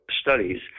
studies